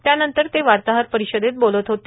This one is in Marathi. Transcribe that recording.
त्यानंतर ते वार्ताहर परिषदेत बोलत होते